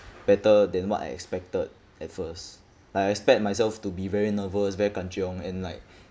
better than what I expected at first like I expect myself to be very nervous very kancheong and like